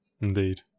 Indeed